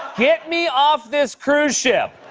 get me off this cruise ship!